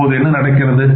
இப்பொழுது என்ன நடக்கிறது